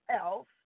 else